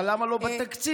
אבל למה לא בתקציב?